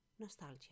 Nostalgia